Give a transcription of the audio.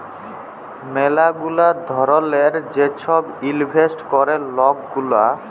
ম্যালা গুলা ধরলের যে ছব ইলভেস্ট ক্যরে লক গুলা